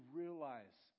realize